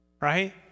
Right